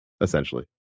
Essentially